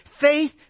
faith